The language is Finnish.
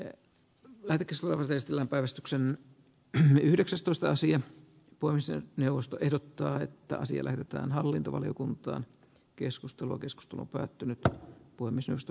e kahdeksaan ristillä päivystyksen yhdeksästoista sija ponsi neuvosto ehdottaa että asia lähetetään hallintovaliokunta keskustelu keskustelu päättynyttä puimisesta